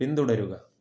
പിന്തുടരുക